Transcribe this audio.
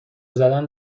زدن